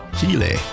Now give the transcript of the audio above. Chile